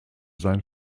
sein